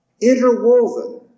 interwoven